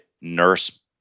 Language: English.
nurse